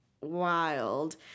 wild